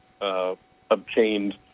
obtained